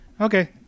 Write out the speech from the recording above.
Okay